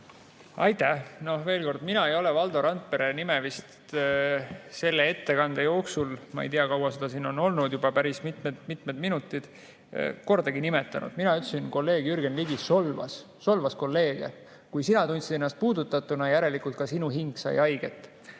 Aitäh! Veel kord: mina ei ole Valdo Randpere nime selle ettekande jooksul – ma ei tea, kui kaua see siin on kestnud, juba päris mitmed-mitmed minutid – kordagi nimetanud. Mina ütlesin, et kolleeg Jürgen Ligi solvas kolleege. Kui sa tundsid ennast puudutatuna, järelikult ka sinu hing sai haiget. Aga